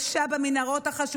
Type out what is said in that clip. גם אחרי ההליכה הקשה במנהרות החשוכות